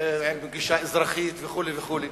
עם גישה אזרחית וכו' וכו',